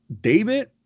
David